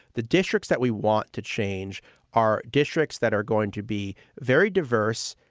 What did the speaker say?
the districts that we want to change are districts that are going to be very diverse,